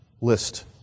list